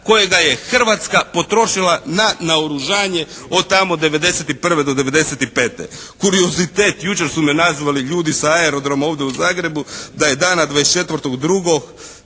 kojega je Hrvatska potrošila na naoružanje od tamo '91. do '95. Kuriozitet. Jučer su me nazvali ljudi sa aerodroma ovdje u Zagrebu da je dana 24.2.